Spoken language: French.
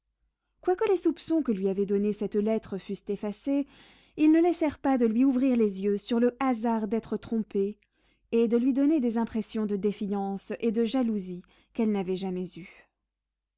quoique les soupçons que lui avait donnés cette lettre fussent effacés ils ne laissèrent pas de lui ouvrir les yeux sur le hasard d'être trompée et de lui donner des impressions de défiance et de jalousie qu'elle n'avait jamais eues